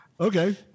Okay